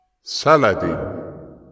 Saladin